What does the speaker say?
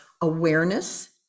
awareness